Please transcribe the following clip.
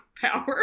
power